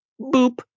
Boop